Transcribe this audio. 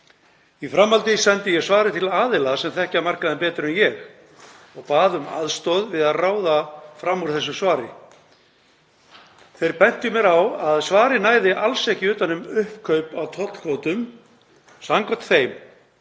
Í framhaldinu sendi ég svarið til aðila sem þekkja markaðinn betur en ég og bað um aðstoð við að ráða fram úr þessu svari. Þeir bentu mér á að svarið næði alls ekki utan um uppkaup á tollkvótum. Samkvæmt þeim